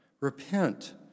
repent